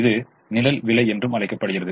இது நிழல் விலை என்றும் அழைக்கப்படுகிறது